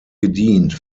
gedient